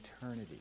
eternity